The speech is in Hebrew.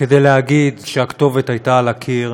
כדי להגיד שהכתובת הייתה על הקיר,